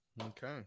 Okay